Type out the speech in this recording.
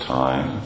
time